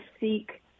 seek